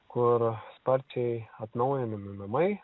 kur sparčiai atnaujinami namai